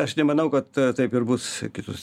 aš nemanau kad taip ir bus kitus